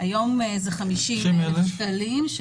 היום זה 50,000 שקלים,